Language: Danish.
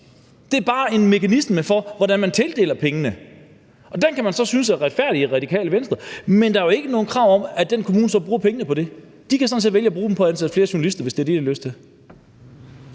Det er bare en mekanisme for, hvordan man tildeler pengene. Den kan man så synes er retfærdigt i Radikale Venstre, men der er jo ikke nogen krav om, at den kommune så bruger pengene på det. De kan sådan set vælge at bruge dem på at ansætte flere journalister, hvis det er det, de har lyst til.